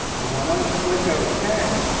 and when i click ok,